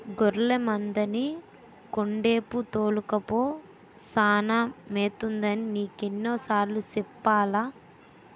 గొర్లె మందని కొండేపు తోలుకపో సానా మేతుంటదని నీకెన్ని సార్లు సెప్పాలా?